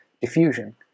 diffusion